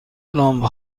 لامپ